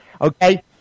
okay